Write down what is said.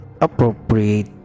appropriate